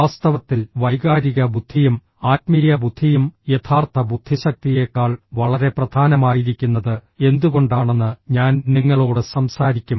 വാസ്തവത്തിൽ വൈകാരിക ബുദ്ധിയും ആത്മീയ ബുദ്ധിയും യഥാർത്ഥ ബുദ്ധിശക്തിയേക്കാൾ വളരെ പ്രധാനമായിരിക്കുന്നത് എന്തുകൊണ്ടാണെന്ന് ഞാൻ നിങ്ങളോട് സംസാരിക്കും